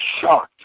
shocked